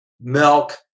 milk